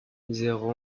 zéro